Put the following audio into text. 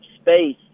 space